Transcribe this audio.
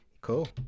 Cool